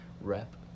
rep